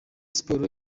sports